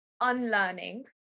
unlearning